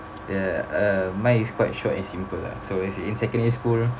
ya uh mine is quite short and simple lah so it's in secondary school